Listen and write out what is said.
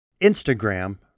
Instagram